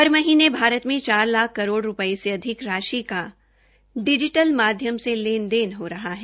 हर महीने भारत में चार लाख करोड़ रूपये से अधिक राशि का डिजिटल माध्यम से लेन देन हो रहा है